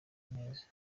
neza